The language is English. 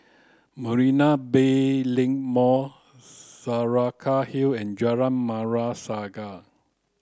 Marina Bay Link Mall Saraca Hill and Jalan Merah Saga